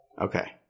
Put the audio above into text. Okay